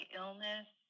illness